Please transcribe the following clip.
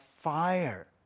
fire